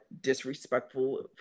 disrespectful